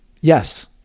Yes